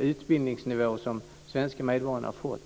utbildningsnivå som de svenska medborgarna har fått.